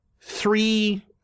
three